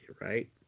right